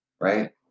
right